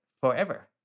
forever